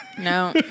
No